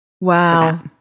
Wow